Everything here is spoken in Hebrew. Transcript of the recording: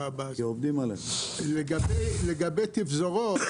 לגבי תפזורות